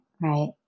Right